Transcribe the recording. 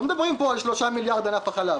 לא מדברים פה על 3 מיליארד שקל כמו בענף החלב.